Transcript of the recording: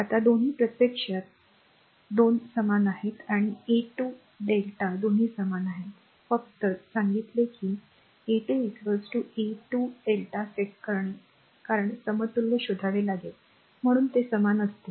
आता दोन्ही प्रत्यक्षात a 2 समान आहेत आणि a 2 lrmΔ दोन्ही समान आहेत फक्त सांगितले की a 2 lrm a 2 lrmΔ set करणे कारण समतुल्य शोधावे लागेल म्हणून ते समान असतील